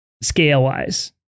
scale-wise